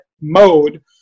mode